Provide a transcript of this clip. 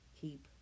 keep